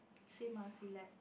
same ah select